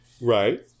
Right